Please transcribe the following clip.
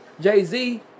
Jay-Z